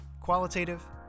Qualitative